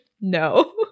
no